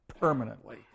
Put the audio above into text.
permanently